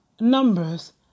Numbers